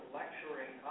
lecturing